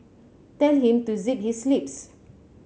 tell him to zip his lips